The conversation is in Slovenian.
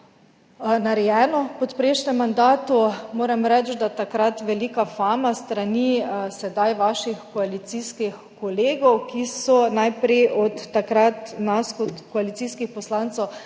narejeno v prejšnjem mandatu. Moram reči, da takrat velika fama s strani sedaj vaših koalicijskih kolegov, ki so najprej takrat od nas kot koalicijskih poslancev